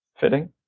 Fitting